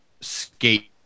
skate